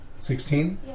16